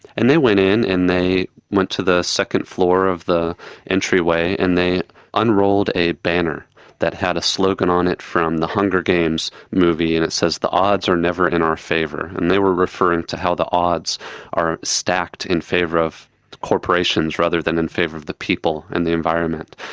and they went in and they went to the second floor of the entryway and they unrolled a banner that had a slogan on it from the hunger games movie, and it says, the odds are never in our favour, and they were referring to how the odds are stacked in favour of corporations rather than in favour of the people and the environment.